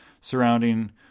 surrounding